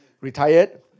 retired